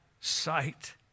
sight